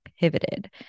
pivoted